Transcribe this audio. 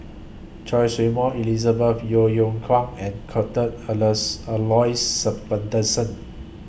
Choy Su Moi Elizabeth Yeo Yeow Kwang and Cuthbert Alus Aloysius Shepherdson